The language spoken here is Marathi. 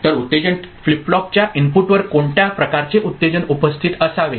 तर उत्तेजन फ्लिप फ्लॉपच्या इनपुटवर कोणत्या प्रकारचे उत्तेजन उपस्थित असावे